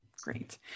Great